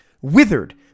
withered